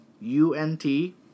u-n-t